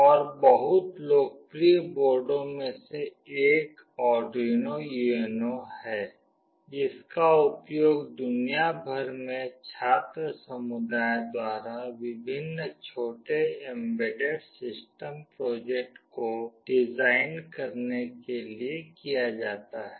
और बहुत लोकप्रिय बोर्डों में से एक आर्डुइनो UNO है जिसका उपयोग दुनिया भर में छात्र समुदाय द्वारा विभिन्न छोटे एम्बेडेड सिस्टम प्रोजेक्ट को डिजाइन करने के लिए किया जाता है